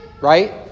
right